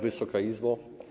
Wysoka Izbo!